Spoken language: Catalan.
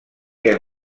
que